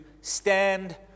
stand